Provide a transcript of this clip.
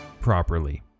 properly